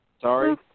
Sorry